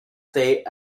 state